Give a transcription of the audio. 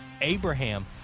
Abraham